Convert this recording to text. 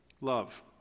Love